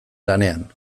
lanean